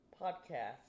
podcast